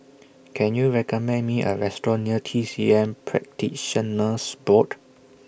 Can YOU recommend Me A Restaurant near T C M Practitioners Board